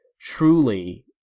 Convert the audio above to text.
truly